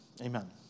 Amen